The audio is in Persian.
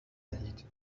نهید